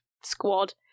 squad